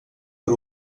per